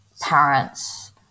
parents